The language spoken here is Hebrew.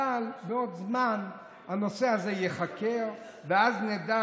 אבל בעוד זמן הנושא הזה ייחקר ואז נדע